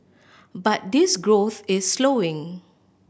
but this growth is slowing